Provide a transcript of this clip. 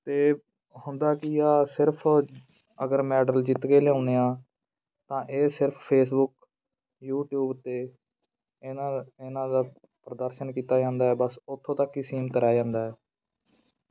ਅਤੇ ਹੁੰਦਾ ਕੀ ਆ ਸਿਰਫ ਅਗਰ ਮੈਡਲ ਜਿੱਤ ਕੇ ਲਿਆਉਂਦੇ ਆ ਤਾਂ ਇਹ ਸਿਰਫ ਫੇਸਬੁੱਕ ਯੂਟੀਊਬ 'ਤੇ ਇਹਨਾਂ ਦਾ ਇਹਨਾਂ ਦਾ ਪ੍ਰਦਰਸ਼ਨ ਕੀਤਾ ਜਾਂਦਾ ਬਸ ਉਥੋਂ ਤੱਕ ਹੀ ਸੀਮਤ ਰਹਿ ਜਾਂਦਾ ਹੈ